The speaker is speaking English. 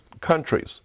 countries